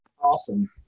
Awesome